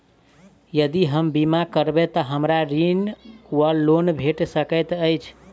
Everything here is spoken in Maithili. यदि हम बीमा करबै तऽ हमरा ऋण वा लोन भेट सकैत अछि?